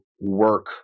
work